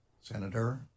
Senator